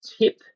tip